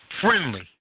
friendly